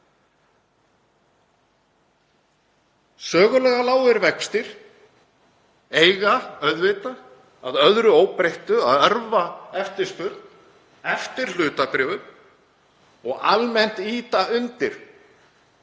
Sögulega lágir vextir eiga auðvitað að öðru óbreyttu að örva eftirspurn eftir hlutabréfum og ýta almennt undir